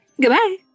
Goodbye